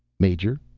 major,